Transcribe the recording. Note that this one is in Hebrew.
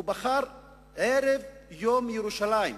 הוא בחר בערב יום ירושלים,